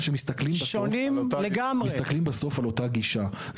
אבל שמסתכלים בסוף על אותה גישה.